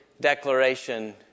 declaration